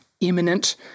imminent